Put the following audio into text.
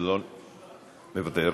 מוותר,